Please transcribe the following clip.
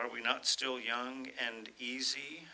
are we not still young and easy